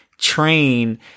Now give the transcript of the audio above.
train